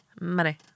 Money